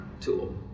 tool